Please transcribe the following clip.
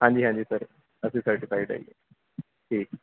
ਹਾਂਜੀ ਹਾਂਜੀ ਸਰ ਅਸੀਂ ਸਰਟੀਫਾਇਡ ਹਾਂ ਜੀ ਠੀਕ